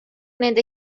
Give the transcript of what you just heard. nende